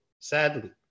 Sadly